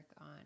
on